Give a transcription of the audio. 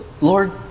Lord